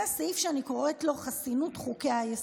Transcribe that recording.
זה סעיף שאני קוראת לו: חסינות חוקי-היסוד.